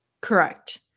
Correct